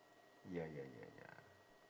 ya ya ya ya